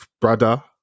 Brother